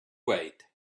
wait